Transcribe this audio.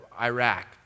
Iraq